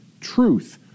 truth